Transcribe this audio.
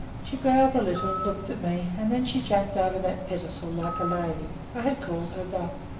she growled a little, looked at me, and then she jumped over that pedestal like a lady. i had called her bluff.